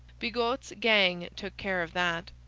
bigot's gang took care of that.